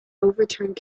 overturned